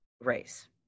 race